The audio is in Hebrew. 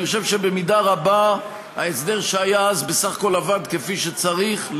אני חושב שבמידה רבה ההסדר שהיה אז בסך הכול עבד כפי שצריך,